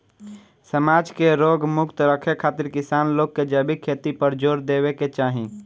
समाज के रोग मुक्त रखे खातिर किसान लोग के जैविक खेती पर जोर देवे के चाही